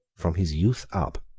from his youth up,